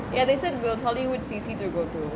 ya they said we'll tell you which C_C to go to